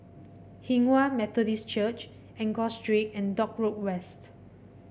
Hinghwa Methodist Church Enggor Street and Dock Road West